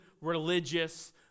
religious